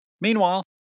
Meanwhile